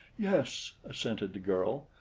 yes, assented the girl,